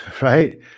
Right